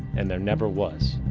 and there never was.